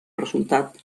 resultat